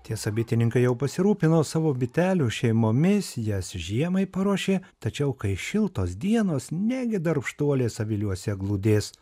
tiesa bitininkai jau pasirūpino savo bitelių šeimomis jas žiemai paruošė tačiau kai šiltos dienos negi darbštuolės aviliuose glūdės